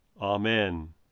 Amen